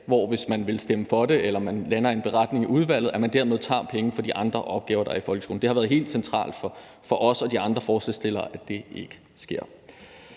man, hvis man vil stemme for det eller lander en beretning i udvalget, dermed tager penge fra de andre opgaver, der er i folkeskolen. Det har været helt centralt for os og de andre forslagsstillere, at det ikke sker.